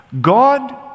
God